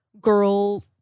girl